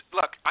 look